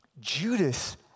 Judas